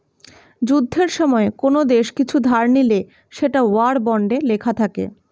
যুদ্ধের সময়ে কোন দেশ কিছু ধার নিলে সেটা ওয়ার বন্ডে লেখা থাকে